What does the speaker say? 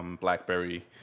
Blackberry